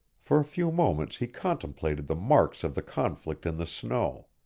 for a few moments he contemplated the marks of the conflict in the snow.